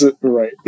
Right